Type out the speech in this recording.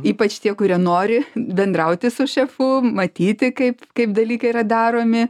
ypač tie kurie nori bendrauti su šefu matyti kaip kaip dalykai yra daromi